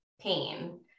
pain